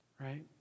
right